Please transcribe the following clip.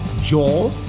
Joel